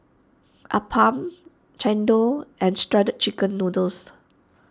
Appam Chendol and Shredded Chicken Noodles